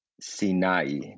Sinai